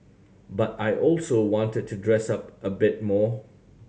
but I also wanted to dress up a bit more